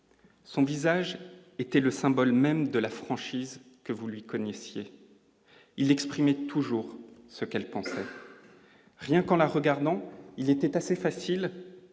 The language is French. Son visage était le symbole même de la franchise que vous lui connaissiez il exprimait toujours ce qu'elle pensait rien qu'en la regardant, il était assez facile